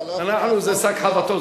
אתה, אנחנו זה שק חבטות.